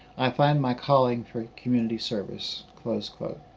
i find my calling for community service, close quote.